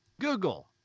Google